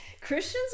christians